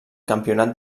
campionat